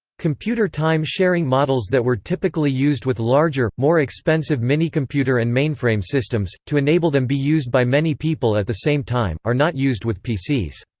computer time-sharing models that were typically used with larger, more expensive minicomputer and mainframe systems, to enable them be used by many people at the same time, are not used with pcs.